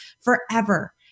forever